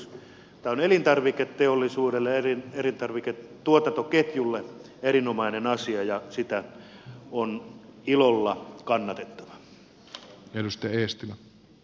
tämä on elintarviketeollisuudelle elintarviketuotantoketjulle erinomainen asia ja sitä on ilolla kannatettava